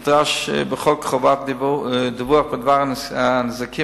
כנדרש בחוק חובת דיווח בדבר הנזקים